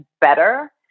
better